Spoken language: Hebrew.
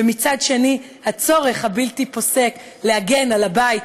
ומצד שני הצורך הבלתי-פוסק להגן על הבית,